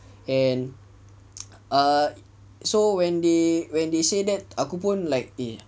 and uh so when they when they say that aku pun like eh